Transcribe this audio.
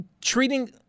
Treating